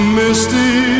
misty